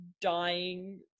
dying